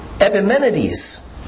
Epimenides